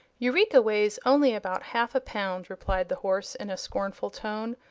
eureka weights only about half a pound, replied the horse, in a scornful tone,